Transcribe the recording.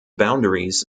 boundaries